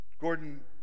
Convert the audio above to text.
Gordon